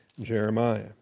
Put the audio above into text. Jeremiah